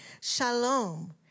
shalom